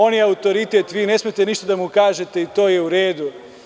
On je autoritet, vi ne smete ništa da mu kažete i to je uredu.